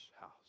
house